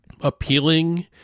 appealing